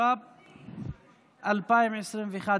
התשפ"ב 2021,